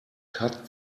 cut